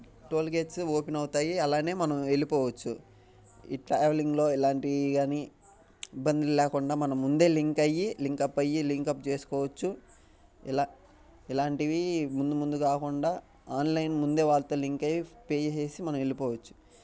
toll gates open అవుతాయి అలాగే మనం వెళ్ళిపోవచ్చు ఈ ట్రావెలింగ్లో ఎలాంటివి కానీ ఇబ్బంది లేకుండా మనం ముందే లింక్ అయ్యి లింకప్ అయ్యి లింకప్ చేసుకోవచ్చు ఇలాంటివి ముందు ముందు కాకుండా ఆన్లైన్ ముందే వాళ్ళతో లింక్ అయ్యి పే చేసేసి మనం వెళ్ళిపోవచ్చు